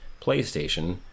PlayStation